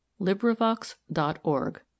LibriVox.org